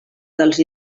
dels